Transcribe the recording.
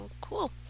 cool